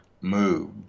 move